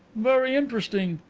very interesting,